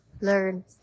learn